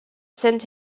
saint